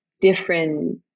different